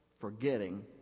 forgetting